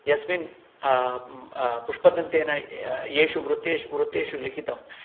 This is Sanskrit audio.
यस्मिन् पुष्पदन्तेन य् येषु वृत्तेषु वृत्तेषु लिखितम्